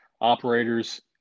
operators